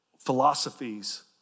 philosophies